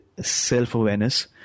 self-awareness